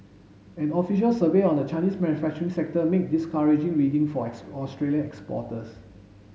an official survey on the Chinese manufacturing sector made discouraging reading for Australian exporters